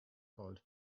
called